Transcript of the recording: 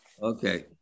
Okay